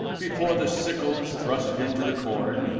before the sickles thrust into the corn,